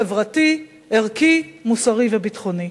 חברתי, ערכי, מוסרי וביטחוני.